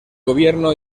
gobierno